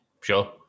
Sure